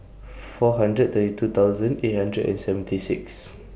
four hundred thirty two thousand eight hundred and seventy six